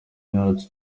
yacu